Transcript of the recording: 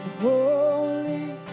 Holy